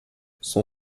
son